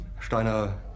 Steiner